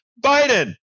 Biden